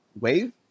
wave